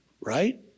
right